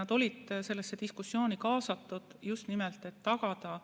Nad olid sellesse diskussiooni kaasatud just nimelt selleks, et tagada